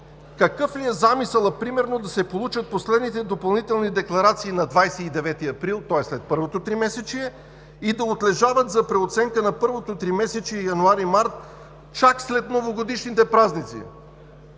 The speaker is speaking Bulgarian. какъв ли е замисълът примерно да се получат последните допълнителни декларации на 29 април, тоест след първото тримесечие и да отлежават за преоценка на първото тримесечие януари – март чак след новогодишните празници?